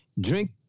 drink